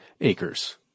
acres